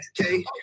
Okay